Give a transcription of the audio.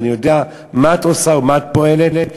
ואני יודע מה את עושה ומה את פועלת,